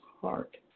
heart